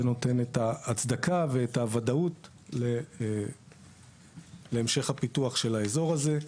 זה נותן את ההצדקה ואת הוודאות להמשך הפיתוח של האזור הזה.